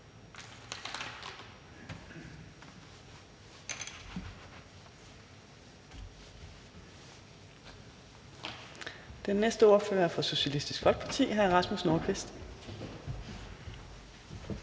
Den næste ordfører er fra Socialistisk Folkeparti, og det er hr. Rasmus Nordqvist.